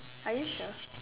are you sure